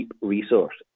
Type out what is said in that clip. resource